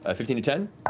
ah fifteen to ten?